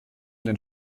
den